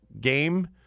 game